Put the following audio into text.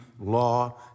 law